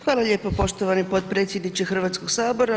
Hvala lijepo poštovani potpredsjedniče Hrvatskog sabora.